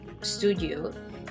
studio